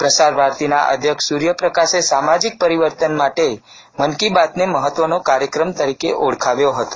પ્રસાર ભારતીના અધ્યક્ષ સૂર્યપ્રકાશે સામાજીક પરિવર્તન માટે મન કી બાતને મહત્વનો કાર્યક્રમ તરીકે ઓળખાવ્યો હતો